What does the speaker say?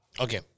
Okay